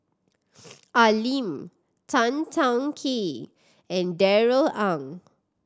Al Lim Tan Teng Kee and Darrell Ang